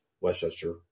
Westchester